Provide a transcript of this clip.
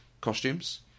costumes